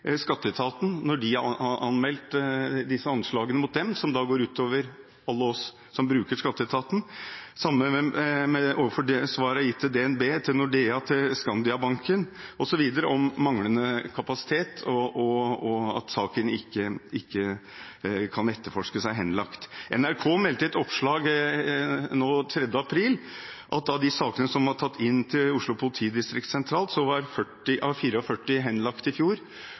Skatteetaten når de har anmeldt disse anslagene mot seg, som da går ut over alle oss som bruker Skatteetaten. Det samme svaret er gitt til DNB, til Nordea, til Skandiabanken osv. om manglende kapasitet, og at saken ikke kan etterforskes, og er henlagt. NRK meldte i et oppslag den 3. april at av de sakene som var tatt inn til Oslo politidistrikt sentralt, var 40 av 44 henlagt i fjor